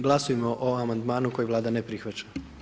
Glasujmo o amandmanu koji Vlada ne prihvaća.